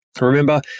Remember